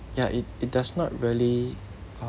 ya it it does not really